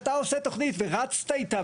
אתה עושה תוכנית ורצת איתה,